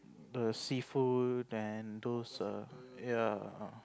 the seafood and those err ya